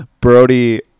Brody